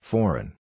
Foreign